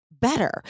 better